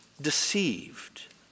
deceived